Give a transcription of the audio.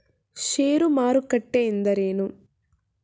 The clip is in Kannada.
ಷೇರು ಮಾರುಕಟ್ಟೆ ಎಂದರೇನು?